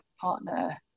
partner